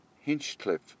Hinchcliffe